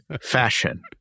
fashion